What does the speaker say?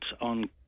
on